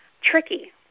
tricky